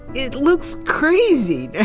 it looks crazy yeah